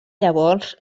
llavors